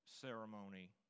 ceremony